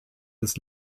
des